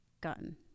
gotten